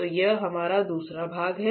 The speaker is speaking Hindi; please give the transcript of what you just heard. तो यह हमारा दूसरा भाग है